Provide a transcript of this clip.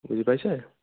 বুজি পাইছে